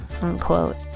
unquote